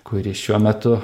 kuri šiuo metu